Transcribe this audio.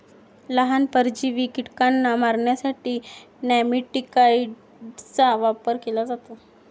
लहान, परजीवी कीटकांना मारण्यासाठी नेमॅटिकाइड्सचा वापर केला जातो